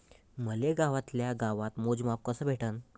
मले गावातल्या गावात मोजमाप कस भेटन?